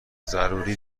ضروری